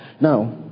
Now